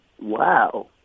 Wow